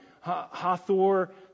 Hathor